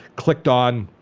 clicked on